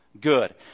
good